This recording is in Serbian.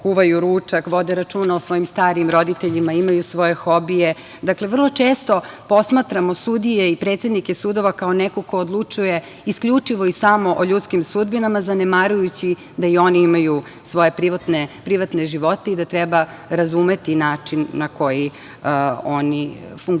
kuvaju ručak, vode računa o svojim starim roditeljima, imaju svoje hobije. Dakle, vrlo često posmatramo sudije i predsednike sudova kao neko ko odlučuje isključivo i samo o ljudskim sudbinama, zanemarujući da i oni imaju svoje privatne živote i da treba razumeti način na koji oni funkcionišu.